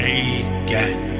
again